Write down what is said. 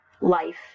life